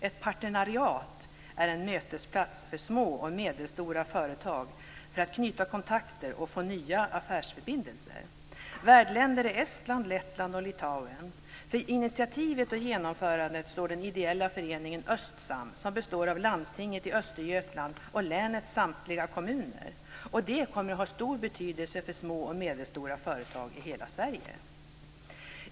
Ett parternariat är en mötesplats för små och medelstora företag för att knyta kontakter och få nya affärsförbindelser. Värdländer är Estland, Lettland och Litauen. För initiativet och genomförandet står den ideella föreningen Östsam, som drivs av landstinget i Östergötland och länets samtliga kommuner. Det kommer att ha stor betydelse för små och medelstora företag i hela Sverige.